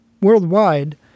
Worldwide